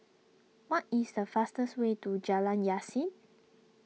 what is the fastest way to Jalan Yasin